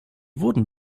wurden